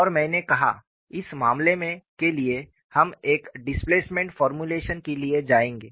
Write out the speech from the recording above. और मैंने कहा इस मामले के लिए हम एक डिस्प्लेसमेंट फार्मूलेशन के लिए जाएंगे